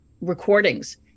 recordings